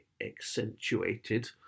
accentuated